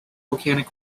volcanic